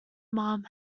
mum